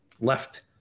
left